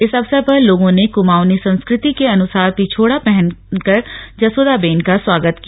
इस अवसर पर लोगों ने कुमाऊंनी संस्कृति के अनुसार पिछोड़ा पहनाकर जसोदाबेन का स्वागत किया